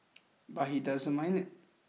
but he doesn't mind it